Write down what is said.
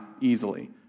easily